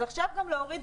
אז עכשיו גם להוריד